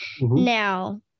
now